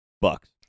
Bucks